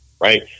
right